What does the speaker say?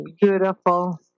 beautiful